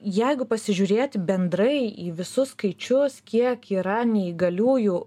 jeigu pasižiūrėti bendrai į visus skaičius kiek yra neįgaliųjų